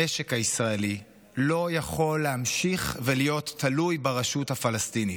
המשק הישראלי לא יכול להמשיך להיות תלוי ברשות הפלסטינית.